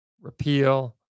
repeal